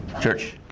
church